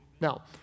Now